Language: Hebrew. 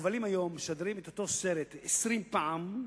שהכבלים היום משדרים את אותו סרט 20 פעם,